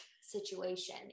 situation